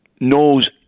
knows